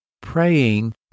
Praying